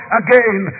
again